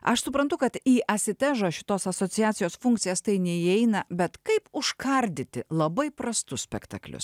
aš suprantu kad į asitežą šitos asociacijos funkcijas tai neįeina bet kaip užkardyti labai prastus spektaklius